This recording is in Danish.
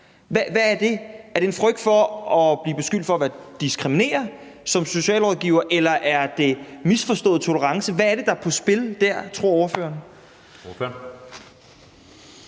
Hvad skyldes det? Er det en frygt for at blive beskyldt for at diskriminere som socialrådgiver, eller er det misforstået tolerance? Hvad er det, der er på spil dér, tror ordføreren?